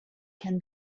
can